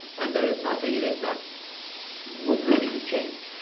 and there is nothing you know that would really be changed,